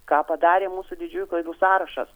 ką padarė mūsų didžiųjų klaidų sąrašas